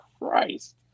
Christ